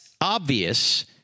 obvious